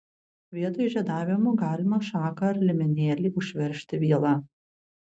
vietoj žiedavimo galima šaką ar liemenėlį užveržti viela